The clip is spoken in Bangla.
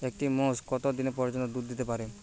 একটি মোষ কত দিন পর্যন্ত দুধ দিতে পারে?